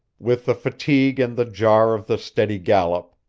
with the fatigue and the jar of the steady gallop,